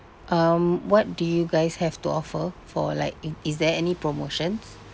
um what do you guys have to offer for like in is there any promotions